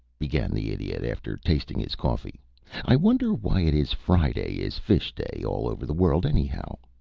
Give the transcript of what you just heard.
began the idiot, after tasting his coffee i wonder why it is friday is fish-day all over the world, anyhow?